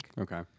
Okay